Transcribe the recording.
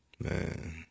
man